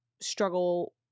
struggle